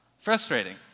Frustrating